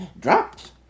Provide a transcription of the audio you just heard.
Dropped